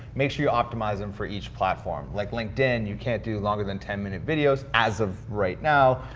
make sure you optimize them for each platform. like linked in, you can't do longer than ten minute videos, as of right now.